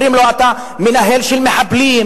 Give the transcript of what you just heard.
אומרים לו: אתה מנהל של מחבלים,